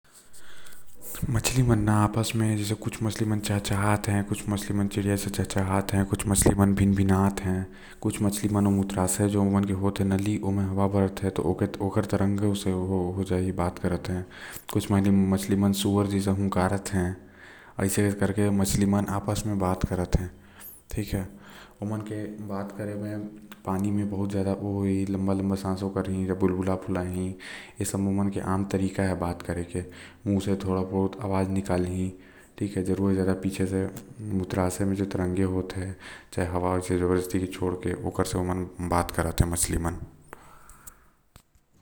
मछली मन आपस में चहचहाते जैसे कुछ कुछ मछली मन आपस म चहचहाते। आऊ कुछ मछली मन ओमन के जो मूत्राशय होते जो नली ओमा हवा भर लेत हैं। वे ऐसम्मा ओमन बात करत हैं आऊ कुछ मछली मन सुअर जैसन करते आवाज त ऐसने कर के मछली मन आपस म बात करते। ओमन के जब बात करना है तब ओमन पानी म अपन मुंह से बुलबुला फुलाई।